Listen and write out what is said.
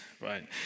right